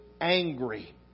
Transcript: angry